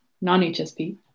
non-HSP